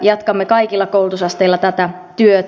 jatkamme kaikilla koulutusasteilla tätä työtä